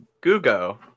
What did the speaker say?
Google